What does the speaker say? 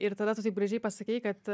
ir tada tu taip gražiai pasakei kad